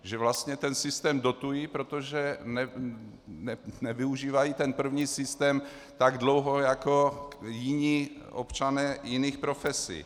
Že vlastně ten systém dotují, protože nevyužívají ten první systém tak dlouho jako jiní občané jiných profesí.